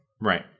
right